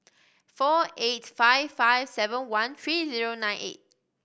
four eight five five seven one three zero nine eight